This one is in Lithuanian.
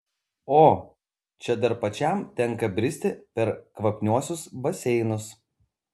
o čia dar pačiam tenka bristi per kvapniuosius baseinus